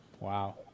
Wow